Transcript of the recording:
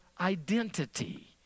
identity